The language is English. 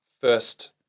first